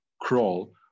crawl